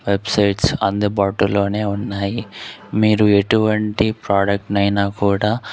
websites అందుబాటులోనే ఉన్నాయి మీరు ఎటువంటి ప్రోడక్ట్నైనా కూడా